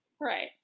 right